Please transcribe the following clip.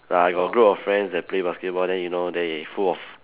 like I got a group of friends that play basketball then you know they full of